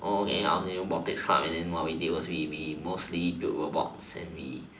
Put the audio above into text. I was in robotics club and then what we did was we we mostly built robots and we